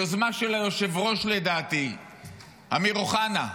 יוזמה של היושב-ראש אמיר אוחנה,